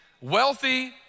wealthy